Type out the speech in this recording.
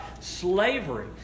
slavery